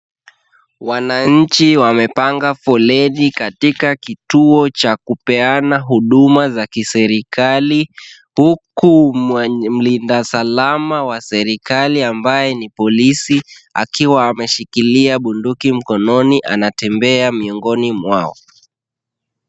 Wananchi wamepanga foleni katika kituo cha kupeana huduma za kiserikali, huku mlindasalama wa serikali ambaye ni polisi akiwa ameshikilia bunduki mkononi, anatembea miongoni mwao.